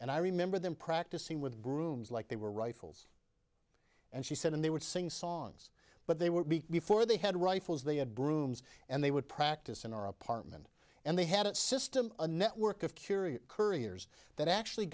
and i remember them practicing with brooms like they were rifles and she said and they would sing songs but they would be before they had rifles they had brooms and they would practice in our apartment and they had that system a network of curious couriers that actually